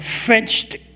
French